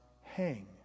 hang